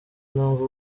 numva